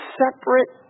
separate